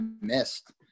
missed